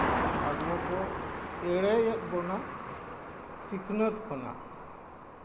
ᱟᱵᱚ ᱠᱚ ᱮᱲᱮᱭᱮᱫ ᱵᱚᱱᱟ ᱥᱤᱠᱷᱱᱟᱹᱛ ᱠᱷᱚᱱᱟᱜ